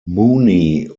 mooney